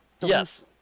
Yes